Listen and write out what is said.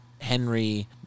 Henry